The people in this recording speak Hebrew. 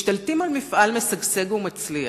משתלטים על מפעל משגשג ומצליח,